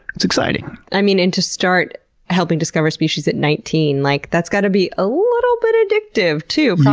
that's exciting. i mean, and to start helping discover species at nineteen. like that's got to be a little bit addictive too